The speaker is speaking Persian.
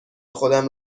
خودم